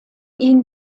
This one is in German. ihn